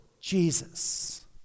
Jesus